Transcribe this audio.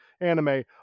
anime